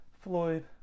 Floyd